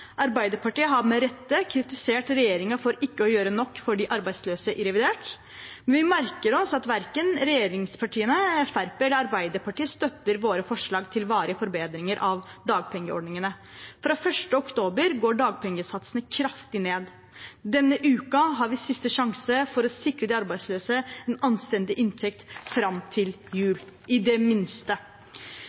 Arbeiderpartiet har, med rette, kritisert regjeringen for ikke å gjøre nok for de arbeidsløse i revidert, men vi merker oss at verken regjeringspartiene, Fremskrittspartiet eller Arbeiderpartiet støtter våre forslag til varige forbedringer av dagpengeordningen. Fra 1. oktober går dagpengesatsene kraftig ned. Denne uken har vi siste sjanse til å sikre de arbeidsløse en anstendig inntekt fram til jul – i det minste.